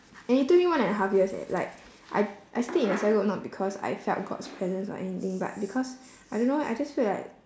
and it took me one and a half years eh like I I stayed in the cell group not because I felt god's presence or anything but because I don't know why I just feel like